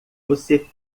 você